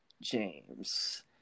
James